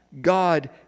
God